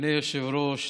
אדוני היושב-ראש,